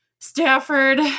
Stafford